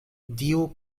dio